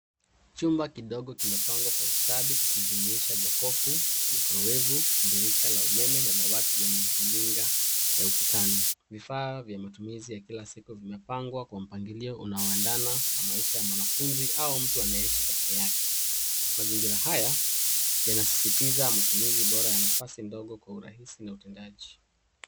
Chumba kidogo imepangwa kwa ustadi akijumuisha chokofu mikrowevu pirika la umeme dawati lenye runika ya ukutani. Vifaa vya matumizi ya kila siku vimepangwa kwa mpangilio unaoendana na maisha ya mwanafunzi au mtu anayeishi pekee yake. Mazingira haya yanazitiza matumizi bora ya nafazi ndogo kwa urahizi na utendaji.